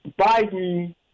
Biden